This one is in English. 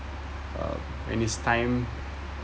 uh and it's time